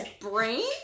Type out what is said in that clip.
brain